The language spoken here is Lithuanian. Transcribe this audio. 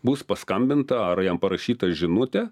bus paskambinta ar jam parašyta žinutė